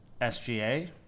SGA